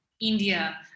india